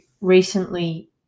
recently